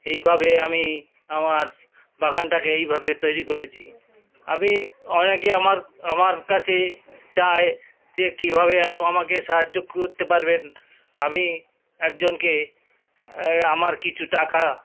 এইভাবে আমি আমার বাগানটাকে এইভাবে তৈরি করেছি আমি অনেকে আমার আমার কাছে চায় যে কীভাবে আমাকে সাহায্য করতে পারবেন আমি একজনকে এই আমার কিছু টাকা